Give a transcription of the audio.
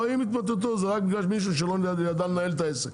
אם יתמוטטו זה רק בגלל מישהו שלא ידע לנהל את העסק.